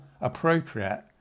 appropriate